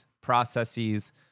processes